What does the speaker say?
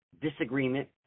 disagreement